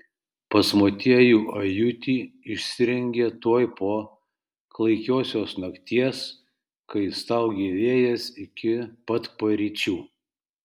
pas motiejų ajutį išsirengė tuoj po klaikiosios nakties kai staugė vėjas iki pat paryčių